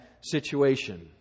situation